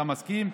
אתה מסכים?